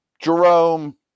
Jerome